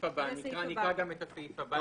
אני אקריא את הסעיף הבא.